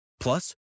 Plus